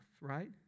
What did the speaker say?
right